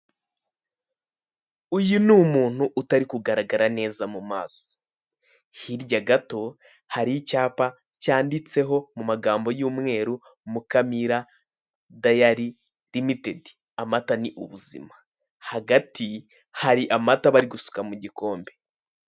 Uyu ni umuntu utari kugaragara neza mu maso hirya gato hari icyapa cyanditseho mu magambo y'umweru Mukamira Dairy Limited amata ni ubuzima hagati hari amata bari gusuka mu gikombe.